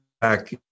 back